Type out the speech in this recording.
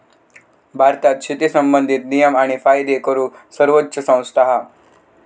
भारतात शेती संबंधित नियम आणि कायदे करूक सर्वोच्च संस्था हा